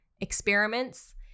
experiments